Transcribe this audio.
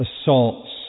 assaults